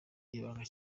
ibanga